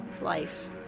life